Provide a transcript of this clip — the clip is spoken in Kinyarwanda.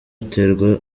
aterwa